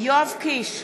יואב קיש,